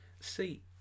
see